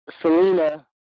Selena